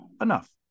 enough